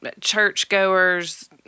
churchgoers